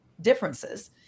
differences